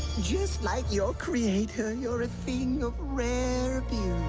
just like your creator. you're a thing of rare beauty